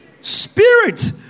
spirit